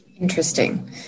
Interesting